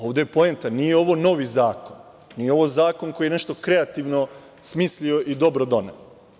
Ovde je poenta da ovo nije novi zakon, nije ovo zakon koji je nešto kreativno smislio i dobro doneo.